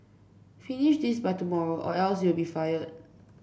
finish this by tomorrow or else you'll be fired